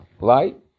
light